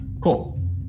cool